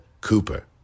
Cooper